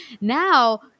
now